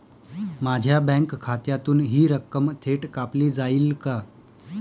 माझ्या बँक खात्यातून हि रक्कम थेट कापली जाईल का?